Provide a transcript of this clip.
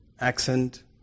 Accent